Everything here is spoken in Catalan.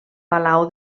palau